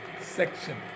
section